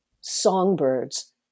songbirds